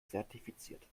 zertifiziert